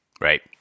Right